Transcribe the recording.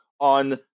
on